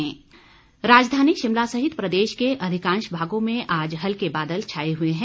मौसम राजधानी शिमला सहित प्रदेश के अधिकांश भागों में आज बादल छाए हुए हैं